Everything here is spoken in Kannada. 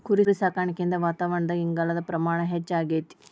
ಕುರಿಸಾಕಾಣಿಕೆಯಿಂದ ವಾತಾವರಣದಾಗ ಇಂಗಾಲದ ಪ್ರಮಾಣ ಹೆಚ್ಚಆಗ್ತೇತಿ